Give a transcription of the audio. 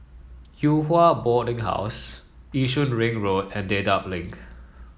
Yew Hua Boarding House Yishun Ring Road and Dedap Link